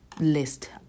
list